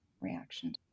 reaction